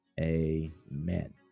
amen